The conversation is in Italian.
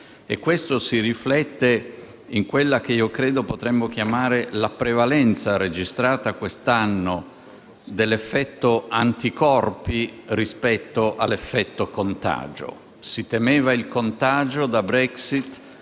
Questo si riflette in quella che potremmo chiamare la prevalenza, registrata quest'anno, dell'"effetto anticorpi" rispetto all'"effetto contagio". Si temeva infatti il contagio da Brexit,